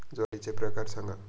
ज्वारीचे प्रकार सांगा